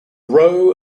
row